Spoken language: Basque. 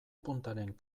puntaren